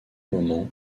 moment